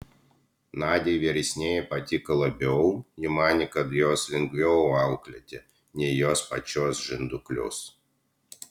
nadiai vyresnieji patiko labiau ji manė kad juos lengviau auklėti nei jos pačios žinduklius